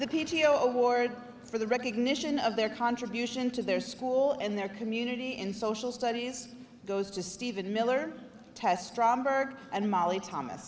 the p t o award for the recognition of their contribution to their school and their community in social studies goes to steven miller test stromberg and molly thomas